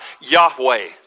Yahweh